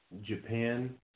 Japan